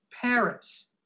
Paris